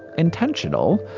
intentional.